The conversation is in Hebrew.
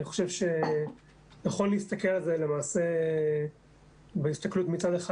אני חושב שנכון להסתכל על זה למעשה בהסתכלות מצד אחד